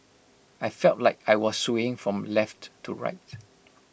I felt like I was swaying from left to right